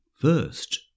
first